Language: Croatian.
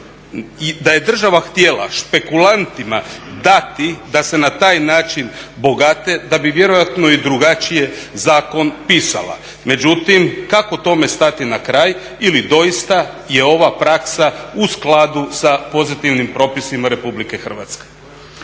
da je država htjela špekulantima dati da se na taj način bogate da bi vjerojatno i drugačije zakon pisala. Međutim, kako tome stati na kraj ili doista je ova praksa u skladu sa pozitivnim propisima Republike Hrvatske.